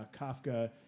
Kafka